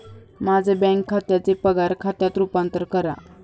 माझे बँक खात्याचे पगार खात्यात रूपांतर करा